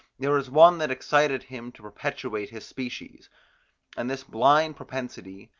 there was one that excited him to perpetuate his species and this blind propensity,